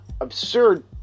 absurd